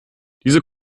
diese